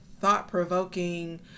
thought-provoking